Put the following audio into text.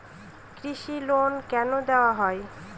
কৃষি লোন কেন দেওয়া হয়?